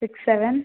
six seven